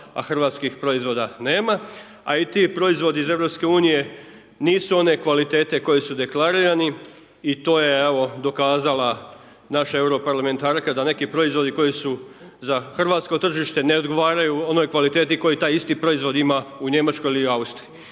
a hrvatskih proizvoda nema, a i ti proizvodi iz EU, nisu one kvalitete koji su deklarirani i to je dokazala naša euro parlamentarka, da neki proizvodi koji su za hrvatsko tržište, ne odgovaraju onoj kvaliteti koji taj isti proizvod ima u Njemačkoj ili Austriji